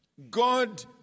God